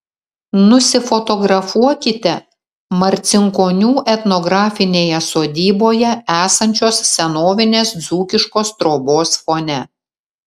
nusifotografuokite marcinkonių etnografinėje sodyboje esančios senovinės dzūkiškos trobos fone